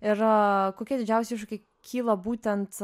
ir kokie didžiausi iššūkiai kyla būtent